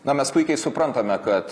na mes puikiai suprantame kad